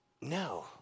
no